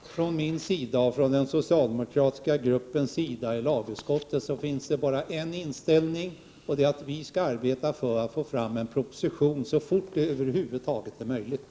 Herr talman! Jag och den socialdemokratiska gruppen i lagutskottet har bara en inställning, och det är att arbeta för att få fram en proposition så fort det över huvud taget är möjligt.